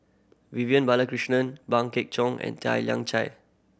Vivian Balakrishnan Pang Guek Cheng and Tan Lian Chye